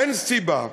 אין סיבה,